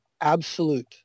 absolute